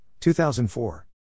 2004